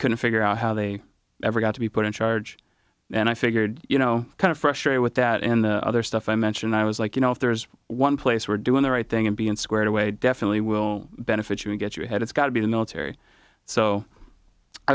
couldn't figure out how they ever got to be put in charge and i figured you know kind of frustrated with that in the other stuff i mentioned i was like you know if there's one place we're doing the right thing and be in squared away definitely will benefit you and get your head it's got to be the military so i